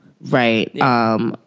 Right